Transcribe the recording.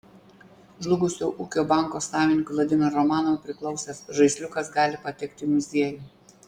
žlugusio ūkio banko savininkui vladimirui romanovui priklausęs žaisliukas gali patekti į muziejų